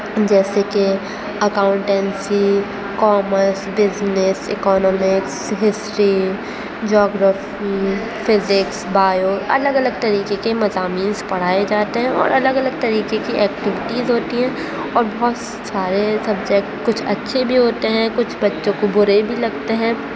جیسے کہ accountancy commerce business economics history geography physics bio الگ الگ طریقے کے مضامینس پڑھائے جاتے ہیں اور الگ الگ طریقے کی ایکٹیوٹیز ہوتی ہیں اور بہت سارے سبجکٹ کچھ اچھے بھی ہوتے ہیں کچھ بچوں کو برے بھی لگتے ہیں